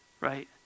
right